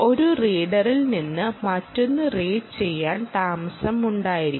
ഒരു റീഡിൽ നിന്ന് മറ്റൊന്ന് റീഡ് ചെയ്യാൻ താമസം ഉണ്ടായിരിക്കണം